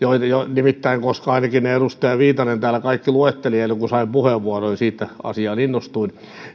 nimittäin ainakin ne edustaja viitanen täällä kaikki luetteli ennen kun sain puheenvuoron ja siitä asiaan innostuin